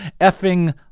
effing